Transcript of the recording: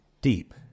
deep